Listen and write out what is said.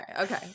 okay